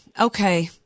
Okay